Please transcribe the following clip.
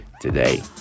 today